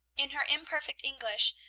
in her imperfect english,